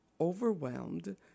overwhelmed